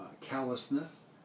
Callousness